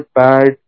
bad